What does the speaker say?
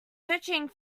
searching